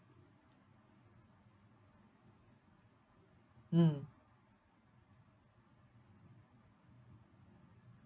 mm